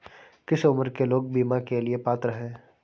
किस उम्र के लोग बीमा के लिए पात्र हैं?